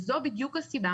וזו בדיוק הסיבה